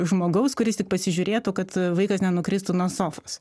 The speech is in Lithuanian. žmogaus kuris tik pasižiūrėtų kad vaikas nenukristų nuo sofos